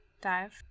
dive